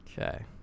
okay